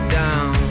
down